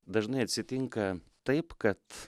dažnai atsitinka taip kad